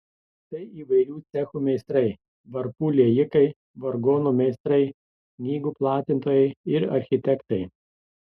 tai įvairių cechų meistrai varpų liejikai vargonų meistrai knygų platintojai ir architektai